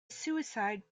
suicide